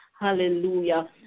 Hallelujah